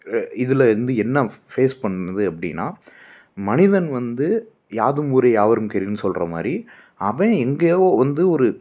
ஏ இதில் வந்து என்ன ஃப் ஃபேஸ் பண்ணுது அப்படின்னா மனிதன் வந்து யாதும் ஊரே யாவரும் கேளீர்னு சொல்கிற மாதிரி அவன் எங்கேயோ வந்து ஒரு